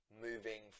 moving